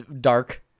dark